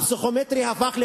הפסיכומטרי הפך לחסם.